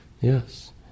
Yes